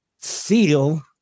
feel